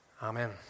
Amen